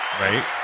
right